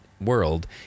world